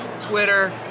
Twitter